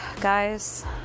guys